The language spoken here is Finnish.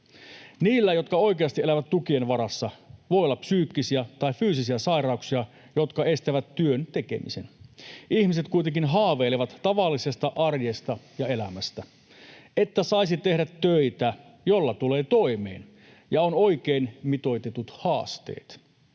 Niillä, jotka oikeasti elävät tukien varassa, voi olla psyykkisiä tai fyysisiä sairauksia, jotka estävät työn tekemisen. Ihmiset kuitenkin haaveilevat tavallisesta arjesta ja elämästä, että saisi tehdä töitä, joilla tulee toimeen, ja on oikein mitoitetut haasteet.